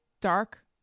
dark